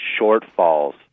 shortfalls